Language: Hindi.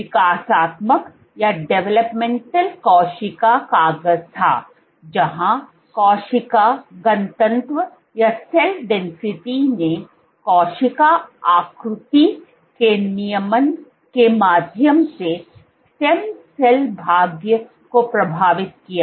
यह विकासात्मक कोशिका कागज़ था जहाँ कोशिका घनत्व ने कोशिका आकृति के नियमन के माध्यम से स्टेम सेल भाग्य को प्रभावित किया